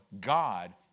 God